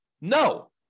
No